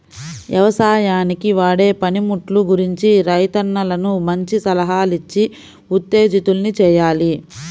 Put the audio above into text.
యవసాయానికి వాడే పనిముట్లు గురించి రైతన్నలను మంచి సలహాలిచ్చి ఉత్తేజితుల్ని చెయ్యాలి